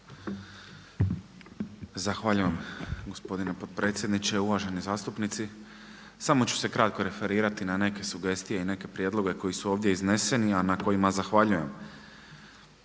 Zahvaljujem gospodine potpredsjedniče, uvaženi zastupnici. Samo ću se kratko referirati na neke sugestije i neke prijedloge koji su ovdje izneseni, a na kojima zahvaljujem.